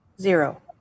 Zero